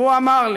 והוא אמר לי: